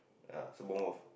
uh Sembawang Wharf